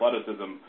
athleticism